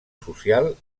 social